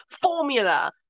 formula